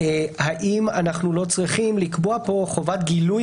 האם אנחנו לא צריכים לקבוע פה חובת גילוי